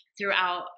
throughout